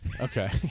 Okay